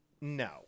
No